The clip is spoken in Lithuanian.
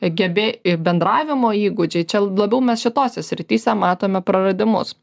gebė bendravimo įgūdžiai čia labiau mes šitose srityse matome praradimus